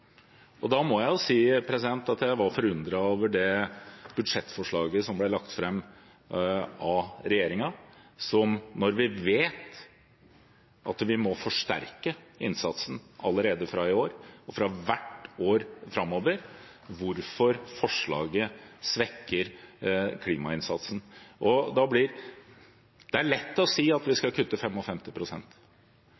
må jeg si at jeg er forundret over budsjettforslaget fra regjeringen, når vi vet at vi må forsterke innsatsen allerede fra i år og hvert år framover – for forslaget svekker klimainnsatsen. Det er lett å si at vi